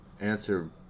answer